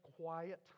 quiet